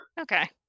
Okay